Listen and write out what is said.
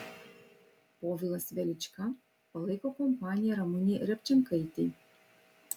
povilas velička palaiko kompaniją ramunei repčenkaitei